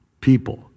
people